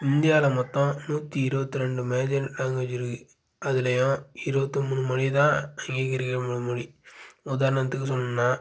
இந்தியாவில் மொத்தம் நூற்றி இருபத்திரெண்டு மேஜர் லாங்வேஜ் இருக்குது அதுலேயும் இருபத்தி மூணு மொழிதான் இன்னைக்கு இருக்கிற மொழி உதாரணத்துக்கு சொல்லணுனா